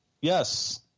Yes